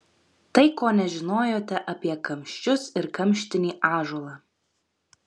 tai ko nežinojote apie kamščius ir kamštinį ąžuolą